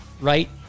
right